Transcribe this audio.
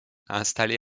installé